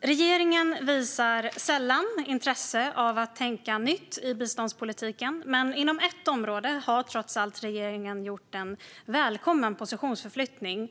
Regeringen visar sällan intresse för att tänka nytt i biståndspolitiken, men inom ett område har regeringen trots allt gjort en välkommen positionsförflyttning.